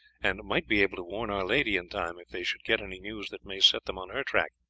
and might be able to warn our lady in time if they should get any news that may set them on her track.